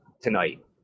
tonight